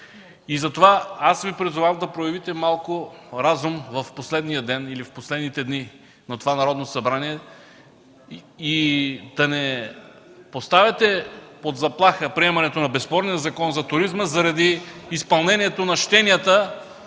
и затова аз Ви призовавам да проявите малко разум в последния ден или в последните дни на това Народно събрание и да не поставяте под заплаха приемането на безспорния Закон за туризма заради изпълнението на щенията